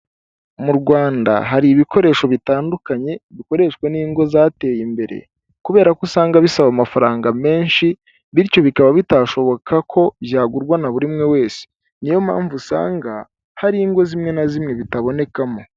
Mu Rwanda hari ibikoresho bitandukanye bikoreshwa n'ingo zateye imbere ,kubera ko usanga bisaba amafaranga menshi bityo bikaba bitashoboka ko byagurwa na burumwe wese, niyo mpamvu usanga hari ingo zimwe na zimwe bitabonekamo.